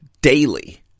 daily